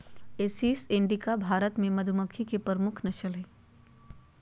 Apis इंडिका भारत मे मधुमक्खी के प्रमुख नस्ल हय